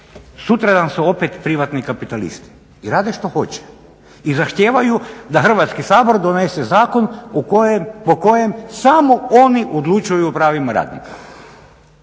sutradan su opet privatni kapitalisti i rade što hoće i zahtijevaju da Hrvatski sabor donese zakon po kojem samo oni odlučuju u pravima radnika.